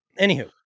Anywho